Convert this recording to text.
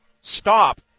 stop